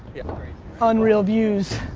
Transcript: unreal views.